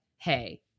Hey